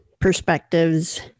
perspectives